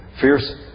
fierce